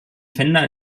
fender